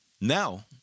Now